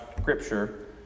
Scripture